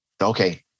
Okay